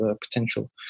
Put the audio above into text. potential